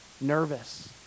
nervous